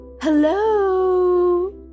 hello